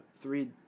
three